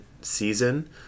season